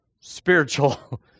spiritual